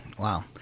Wow